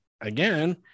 again